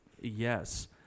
Yes